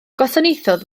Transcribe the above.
gwasanaethodd